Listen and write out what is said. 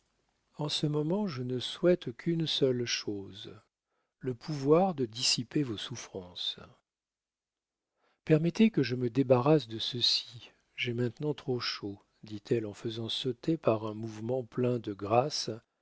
en ce moment je ne souhaite qu'une seule chose le pouvoir de dissiper vos souffrances permettez que je me débarrasse de ceci j'ai maintenant trop chaud dit-elle en faisant sauter par un mouvement plein de grâce